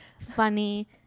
funny